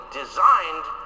designed